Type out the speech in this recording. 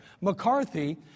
McCarthy